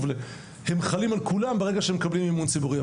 הם חלים על כולם ברגע שמקבלים מימון ציבורי,